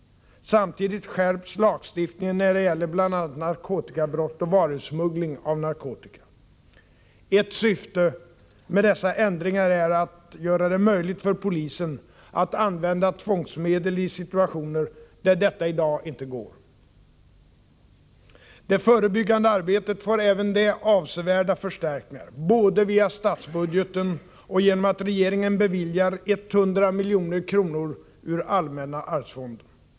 Samtidigt skärps lagstiftningen när det gäller bl.a. narkotikabrott och varusmuggling av narkotika. Ett syfte med dessa ändringar är att göra det möjligt för polisen att använda tvångsmedel i situationer där detta i dag inte går. Det förebyggande arbetet får också avsevärda förstärkningar, både via statsbudgeten och genom att regeringen beviljar 100 milj.kr. ur allmänna arvsfonden.